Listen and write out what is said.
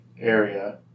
area